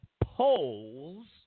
polls